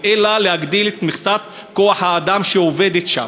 אלא להגדיל את מכסת כוח-האדם שעובד שם.